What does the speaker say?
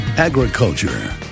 Agriculture